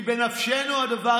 כי בנפשנו הדבר.